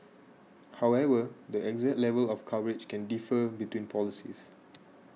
however the exact level of coverage can differ between policies